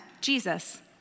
Jesus